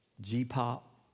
G-pop